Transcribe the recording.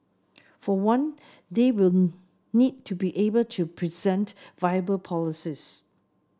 for one they will need to be able to present viable policies